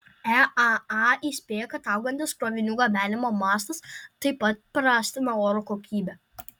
eaa įspėja kad augantis krovinių gabenimo mastas taip pat prastina oro kokybę